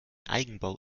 eigenbau